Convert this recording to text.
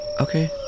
Okay